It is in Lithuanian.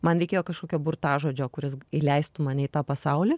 man reikėjo kažkokio burtažodžio kuris įleistų mane į tą pasaulį